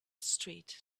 street